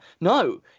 no